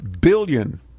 billion